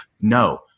No